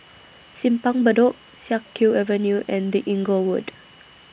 Simpang Bedok Siak Kew Avenue and The Inglewood